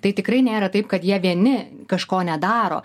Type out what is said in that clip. tai tikrai nėra taip kad jie vieni kažko nedaro